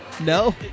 No